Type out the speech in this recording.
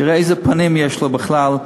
שיראה איזה פנים יש לו בכלל,